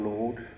Lord